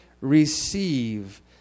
receive